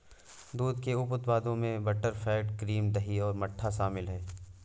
दूध के उप उत्पादों में बटरफैट, क्रीम, दही और मट्ठा शामिल हैं